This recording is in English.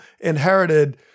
inherited